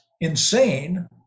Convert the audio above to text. insane